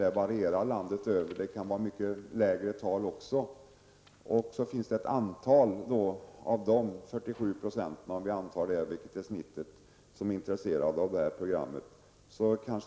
Det varierar över landet. Det kan vara mycket lägre tal också. Det finns ett antal av dessa 47 %-- om vi antar att det är genomsnittet -- som är intresserade av de här programmen.